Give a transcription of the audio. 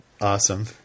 Awesome